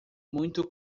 muito